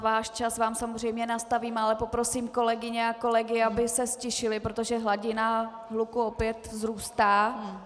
Váš čas vám samozřejmě nastavím, ale poprosím kolegyně a kolegy, aby se ztišili, protože hladina hluku opět vzrůstá.